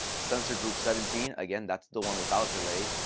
sensor group seventeen, again, that's the one without delay.